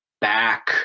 back